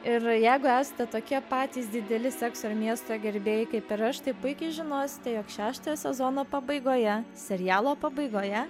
ir jeigu esate tokie patys dideli sekso ir miesto gerbėjai kaip ir aš tai puikiai žinosite jog šeštojo sezono pabaigoje serialo pabaigoje